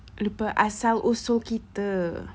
lupa asal usul kita